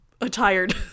attired